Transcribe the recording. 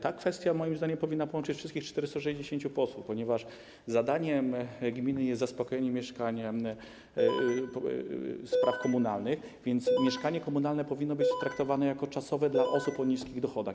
Ta kwestia moim zdaniem powinna połączyć wszystkich 460 posłów, ponieważ zadaniem gminy jest zaspokajanie potrzeb mieszkaniowych, spraw komunalnych, więc mieszkanie komunalne powinno być traktowane jako czasowe dla osób o niskich dochodach.